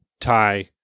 tie